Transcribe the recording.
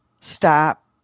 stop